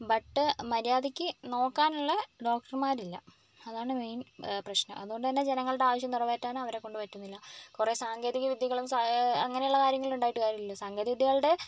but മര്യാദക്ക് നോക്കാനുള്ള ഡോക്ടർമാരില്ല അതാണ് മെയിൻ പ്രശ്നം അതുകൊണ്ട് തന്നെ ജനങ്ങളുടെ ആവശ്യം നിറവേറ്റാൻ അവരെ കൊണ്ട് പറ്റുന്നില്ല കുറെ സാങ്കേതിക വിദ്യകളും സ അങ്ങനെയുള്ള കാര്യങ്ങളുണ്ടായിട്ട് കാര്യമില്ലല്ലോ സാങ്കേതിക വിദ്യകളുടെ